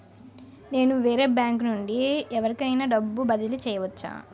నేను వేరే బ్యాంకు నుండి ఎవరికైనా డబ్బు బదిలీ చేయవచ్చా?